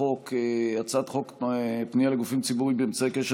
הצעת חוק פנייה לגופים ציבוריים באמצעי קשר